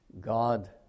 God